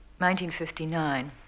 1959